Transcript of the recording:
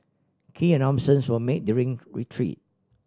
key announcements were made during retreat